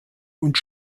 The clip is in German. und